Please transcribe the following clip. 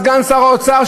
סגן שר האוצר,